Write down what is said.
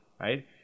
right